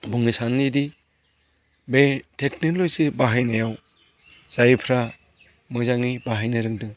बुंनो सानो दि बे टेकन'लजि बाहायनायाव जायफोरा मोजांयै बाहायनो रोंदों